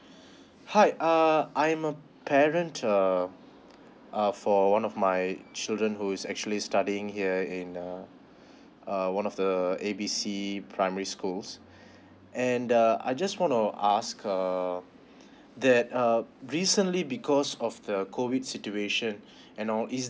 hi uh I am a parent err uh for one of my children who is actually studying here in err uh one of the A B C primary schools and the I just want to ask err that uh recently because of the COVID situation you know is